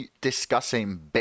discussing